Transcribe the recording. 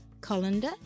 colander